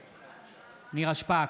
נגד נירה שפק,